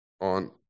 on